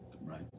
Right